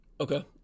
Okay